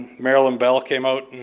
marilyn bell came out and